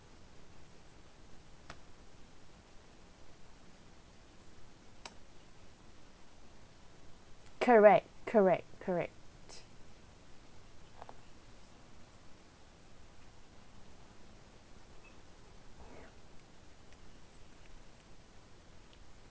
correct correct correct